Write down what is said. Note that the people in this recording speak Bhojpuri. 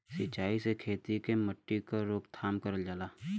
सिंचाई से खेती के मट्टी क रोकथाम करल जाला